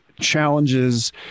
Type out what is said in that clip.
Challenges